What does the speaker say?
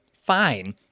fine